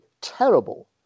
terrible